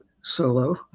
solo